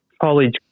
college